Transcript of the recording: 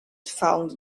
found